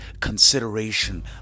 consideration